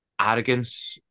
arrogance